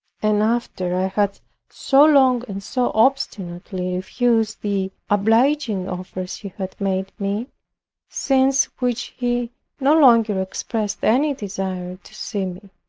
and after i had so long, and so obstinately, refused the obliging offers he had made me since which he no longer expressed any desire to see me.